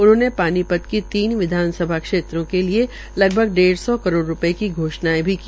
उन्होंने पानीपत की तीन विधानसभाओं क्षेत्रों के लिए लगभग डेढ़ सौ करोड़ रूपये की घोषणयें भी की